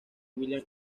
william